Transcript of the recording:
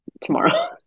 tomorrow